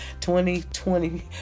2020